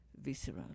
visceral